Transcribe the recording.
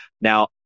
Now